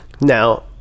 Now-